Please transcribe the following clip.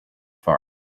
far